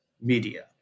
media